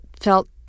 felt